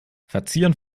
verzieren